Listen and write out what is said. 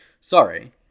sorry